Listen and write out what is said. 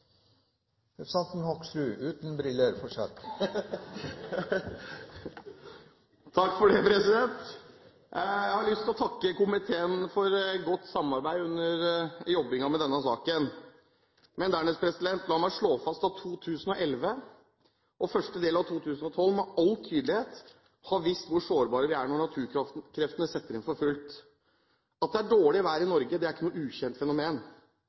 representanten Bård Hoksrud, fortsatt uten briller. Jeg har lyst til å takke komiteen for godt samarbeid under jobbingen med denne saken. Dernest la meg slå fast at 2011 og første del av 2012 med all tydelighet har vist hvor sårbare vi er når naturkreftene setter inn for fullt. At det er dårlig vær i Norge, er ikke et ukjent fenomen.